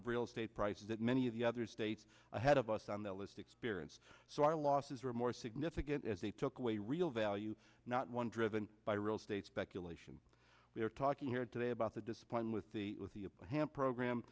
of real estate prices that many of the other states ahead of us on the list experience so our losses were more significant as they took away real value not one driven by real estate speculation we're talking here today about the discipline with the with the ham program